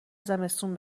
زمستون